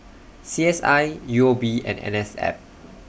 C S I U O B and N S F